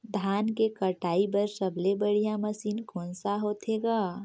धान के कटाई बर सबले बढ़िया मशीन कोन सा होथे ग?